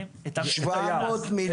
את הים.